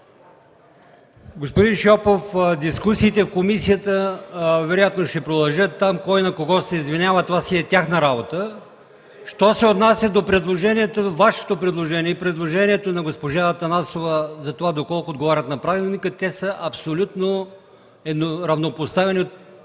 Господин Шопов, дискусиите в комисията вероятно ще продължат. Кой на кого ще се извинява, това си е тяхна работа. Що се отнася до Вашето предложение и предложението на госпожа Атанасова за това доколко отговарят на Правилника, те са абсолютно равнопоставени от процедурна